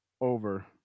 over